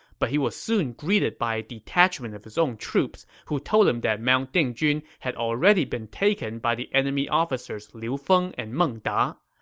but he was soon greeted by a detachment of his own troops, who told him that mount dingjun had already been taken by the enemy officers liu feng and meng da.